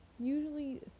Usually